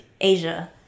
Asia